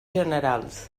generals